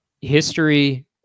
history